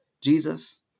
Jesus